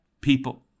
people